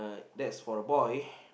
that's for a boy